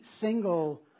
single